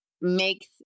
makes